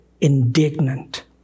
indignant